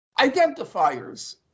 identifiers